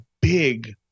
big